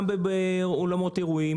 גם באולמות אירועים